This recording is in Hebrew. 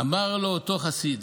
אמר לו אותו חסיד: